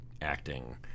acting